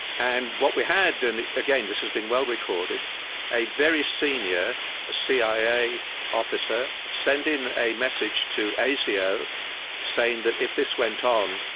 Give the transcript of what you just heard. and what we had and again, this has been well-recorded a very senior cia officer sending a message to asio saying that if this went on,